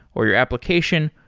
or your application,